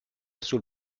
sul